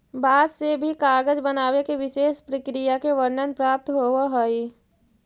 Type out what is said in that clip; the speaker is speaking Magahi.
बाँस से भी कागज बनावे के विशेष प्रक्रिया के वर्णन प्राप्त होवऽ हई